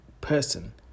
person